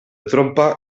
trompa